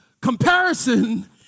Comparison